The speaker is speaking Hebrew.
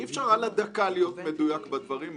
אי אפשר להיות מדויק על הדקה בדברים האלה.